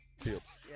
Tips